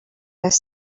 this